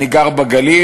אני גר בגליל,